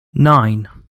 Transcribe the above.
nine